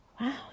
wow